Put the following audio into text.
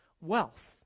wealth